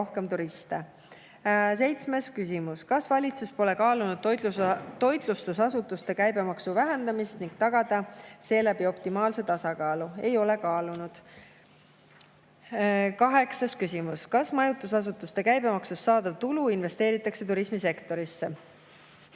"Kas valitsus pole kaalunud toitlustusasutuste käibemaksu vähendamist ning tagada seeläbi optimaalse tasakaalu?" Ei ole kaalunud. Kaheksas küsimus: "Kas majutusas[u]tuse käibemaksust saadav tulu investeeritakse turismisektorisse?"